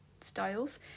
styles